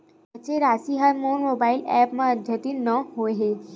बचे राशि हा मोर मोबाइल ऐप मा आद्यतित नै होए हे